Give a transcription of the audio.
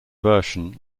version